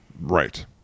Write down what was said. Right